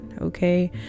Okay